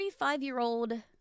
35-year-old